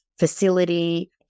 facility